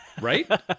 right